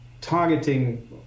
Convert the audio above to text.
targeting